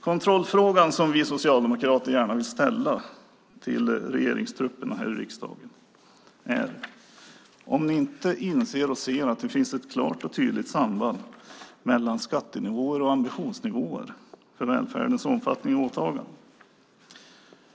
Kontrollfrågan som vi socialdemokrater gärna vill ställa till regeringstrupperna här i riksdagen är om ni inte inser och ser att det finns ett klart och tydligt samband mellan skattenivåer och ambitionsnivåer för välfärdens omfattning och åtaganden.